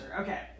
Okay